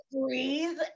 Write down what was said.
breathe